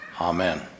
Amen